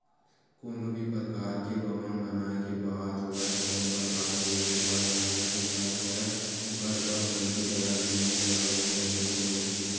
कोनो भी परकार के भवन बनाए के बात होवय कोनो परकार के घर दुवार बनाए के बात होवय ओखर बर मनखे करा जमीन जघा होही तभे तो बनही